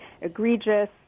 egregious